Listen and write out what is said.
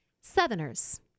Southerners